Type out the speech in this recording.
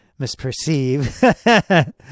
misperceive